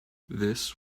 this